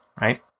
right